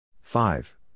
five